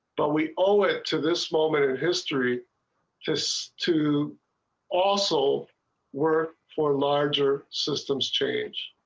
but we owe it to this moment in history just to also were for larger systems change.